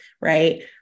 right